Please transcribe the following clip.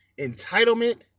entitlement